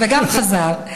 וגם חזר.